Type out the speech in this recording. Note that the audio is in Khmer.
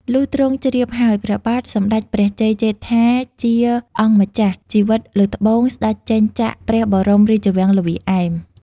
លុះទ្រង់ជ្រាបហើយ ព្រះបាទសម្ដេចព្រះជ័យជេដ្ឋាជាអម្ចាស់ជីវិតលើត្បូង ស្ដេចចេញចាក ព្រះបរមរាជវាំងល្វាឯម